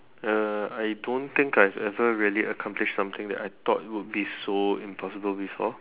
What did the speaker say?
uh I don't think I ever really accomplished something that I thought would be so impossible before